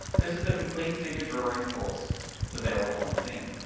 this is the complete figure drawing course that's available on steam.